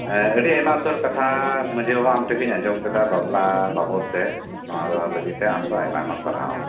ᱟᱹᱰᱤ ᱟᱭᱢᱟ ᱩᱛᱟᱹᱨ ᱠᱟᱛᱷᱟ ᱢᱟᱹᱡᱷᱤ ᱵᱟᱵᱟ ᱟᱢᱴᱷᱮᱡ ᱠᱷᱚᱡ ᱤᱧ ᱟᱡᱚᱢ ᱠᱮᱫᱟ ᱵᱟᱯᱞᱟ ᱵᱟᱵᱚᱛ ᱛᱮ ᱱᱚᱣᱟ ᱞᱟᱹᱜᱤᱛ ᱛᱮ ᱟᱢ ᱫᱚ ᱟᱭᱢᱟ ᱟᱭᱢᱟ ᱥᱟᱨᱦᱟᱣ